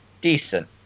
Decent